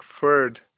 third